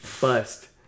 Bust